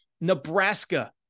Nebraska